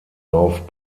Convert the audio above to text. auf